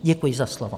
Děkuji za slovo.